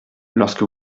lorsque